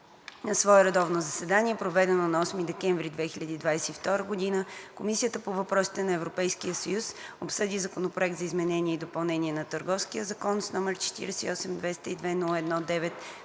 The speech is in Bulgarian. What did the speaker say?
свое редовно заседание, проведено на 8 декември 2022 г., Комисията по въпросите на Европейския съюз обсъди Законопроект за изменение и допълнение на Търговския закон, № 48-202-01-9,